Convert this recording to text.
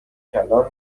کلان